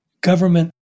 government